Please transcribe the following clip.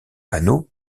panneaux